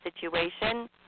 situation